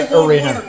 arena